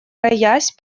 роясь